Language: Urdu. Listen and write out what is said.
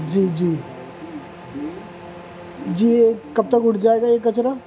جی جی جی یہ کب تک اٹھ جائے گا یہ کچرا